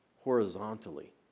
horizontally